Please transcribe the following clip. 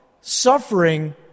Suffering